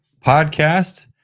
podcast